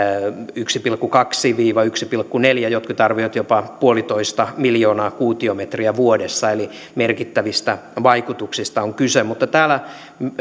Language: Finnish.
yksi pilkku kaksi viiva yksi pilkku neljä jotkut arvioivat jopa yksi pilkku viisi miljoonaa kuutiometriä vuodessa eli merkittävistä vaikutuksista on kyse mutta